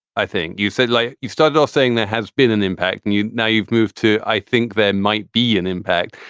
i think you said like you started off saying that has been an impact. and now you've moved to i think there might be an impact.